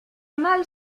mal